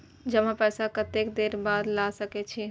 जमा पैसा कतेक देर बाद ला सके छी?